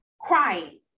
crying